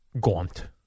gaunt